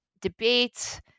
debates